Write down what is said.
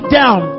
down